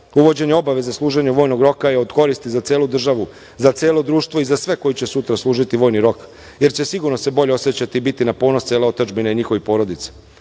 Uvođenje obaveze služenja vojnog roka je od koristi za celu državu, za celo društvo i za sve koji će sutra služiti vojni rok, jer će se sigurno bolje osećati i biti na ponos cele otadžbine i njihovih porodica.U